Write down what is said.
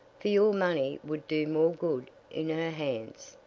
for your money would do more good in her hands.